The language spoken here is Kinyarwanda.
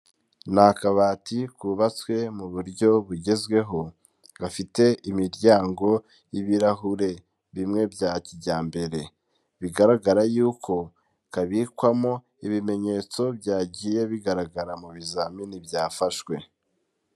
Ni akabati kubatswe mu buryo bugezweho, gafite imiryango y'ibirahure bimwe bya kijyambere, bigaragara yuko kabikwamo ibimenyetso byagiye bigaragara mu bizamini byafashwe.